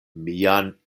mian